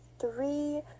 three